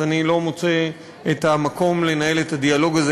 אני לא מוצא מקום לנהל את הדיאלוג הזה